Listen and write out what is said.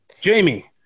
Jamie